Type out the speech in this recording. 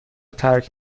ترک